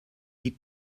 eat